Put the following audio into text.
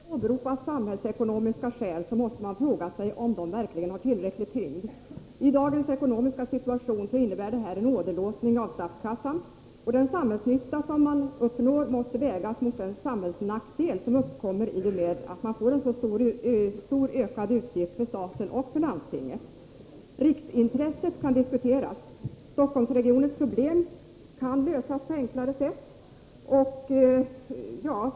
Herr talman! Helt kort: Om man åberopar samhällsekonomiska skäl måste man fråga sig om de verkligen har tillräcklig tyngd. I dagens ekonomiska situation innebär detta en åderlåtning av statskassan. Samhällsnyttan måste vägas mot den samhällsnackdel som uppkommer i och med en så stor utgift för staten och för landstinget. Riksintresset kan diskuteras. Stockholmsregionens problem kan lösas på enklare sätt.